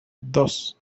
dos